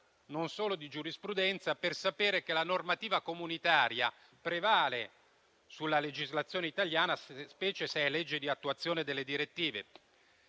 non solo di giurisprudenza, per sapere che la normativa comunitaria prevale sulla legislazione italiana, specie se si tratta di una legge di attuazione delle direttive.